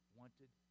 wanted